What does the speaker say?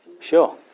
Sure